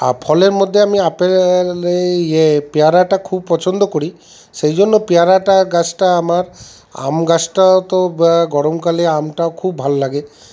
আর ফলের মধ্যে আমি আপেল আর এই ইয়ে পেয়ারাটা খুব পছন্দ করি সেই জন্য পেয়ারা গাছটা আমার আম গাছটা তো গরমকালে আমটা খুব ভালো লাগে